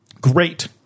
Great